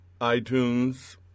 iTunes